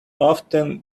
often